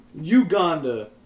Uganda